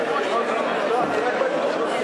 להעביר לחבר הכנסת יולי